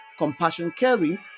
CompassionCaring